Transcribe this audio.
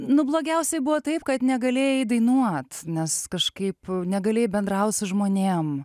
nu blogiausiai buvo taip kad negalėjai dainuot nes kažkaip negalėjai bendraut su žmonėm